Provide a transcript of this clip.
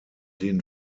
den